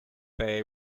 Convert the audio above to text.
bay